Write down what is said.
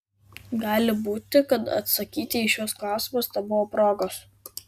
gali būti kad atsakyti į šiuos klausimus nebuvo progos